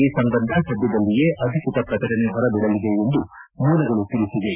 ಈ ಸಂಬಂಧ ಸದ್ದದಲ್ಲಿಯೇ ಅಧಿಕೃತ ಪ್ರಕಟಣೆ ಹೊರಬೀಳಲಿದೆ ಎಂದು ಮೂಲಗಳು ತಿಳಿಸಿವೆ